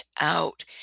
out